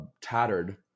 tattered